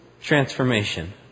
Transformation